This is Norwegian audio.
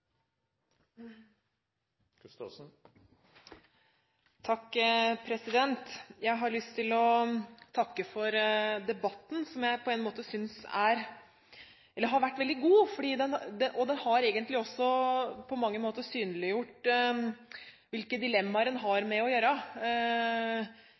Jeg har lyst til å takke for debatten, som jeg synes har vært veldig god. Den har egentlig også på mange måter synliggjort hvilke dilemmaer en